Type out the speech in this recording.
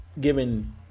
given